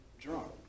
drunk